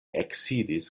eksidis